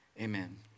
amen